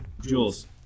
Jules